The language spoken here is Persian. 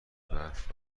برف